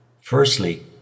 Firstly